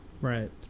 Right